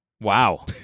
Wow